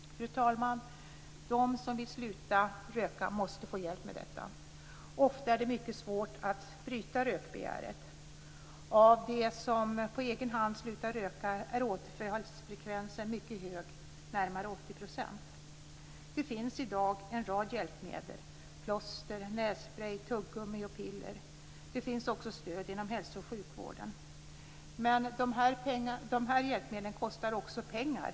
Fru talman! De som vill sluta röka måste få hjälp med detta. Ofta är det mycket svårt att bryta rökbegäret. Bland dem som på egen hand slutar röka är återfallsfrekvensen mycket hög, närmare 80 %. Det finns i dag en rad hjälpmedel: plåster, nässprej, tuggummi och piller. Det finns också stöd inom hälso och sjukvården. Men dessa hjälpmedel kostar också pengar.